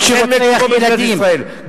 אין מקומו במדינת ישראל.